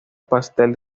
pastel